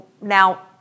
Now